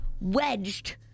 wedged